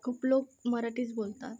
खूप लोक मराठीच बोलतात